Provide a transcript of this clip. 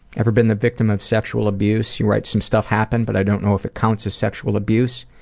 ever been the victim of sexual abuse? he writes some stuff happened but i don't know if it counts as sexual abuse.